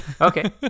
Okay